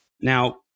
Now